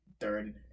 third